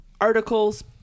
articles